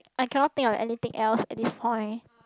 I cannot think of anything else at this point